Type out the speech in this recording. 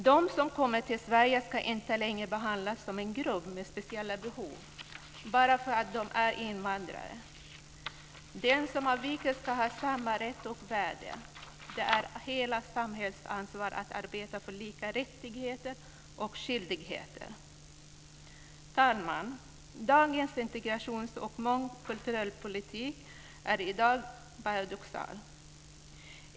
De som kommer till Sverige ska inte längre behandlas som en grupp med speciella behov bara för att de är invandrare. Den som avviker ska ha samma rätt och värde. Det är hela samhällets ansvar att arbeta för lika rättigheter och skyldigheter. Fru talman! Dagens integrations och mångkulturella politik är paradoxal.